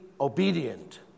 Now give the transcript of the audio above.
obedient